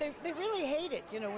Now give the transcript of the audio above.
they really hate it you know